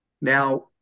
Now